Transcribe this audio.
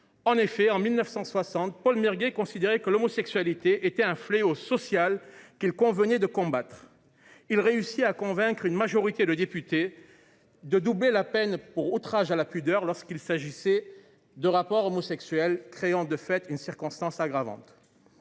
du code pénal. Considérant l’homosexualité comme un fléau social qu’il convenait de combattre, Paul Mirguet réussit à convaincre une majorité de députés de doubler la peine pour outrage à la pudeur lorsqu’il s’agissait de rapports homosexuels, créant de fait une circonstance aggravante.